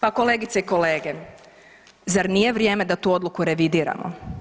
Pa kolegice i kolege, zar nije vrijeme da tu odluku revidiramo?